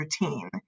routine